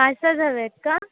पाचच हवे आहेत का